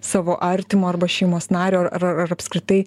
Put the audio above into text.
savo artimo arba šeimos nario ar ar ar apskritai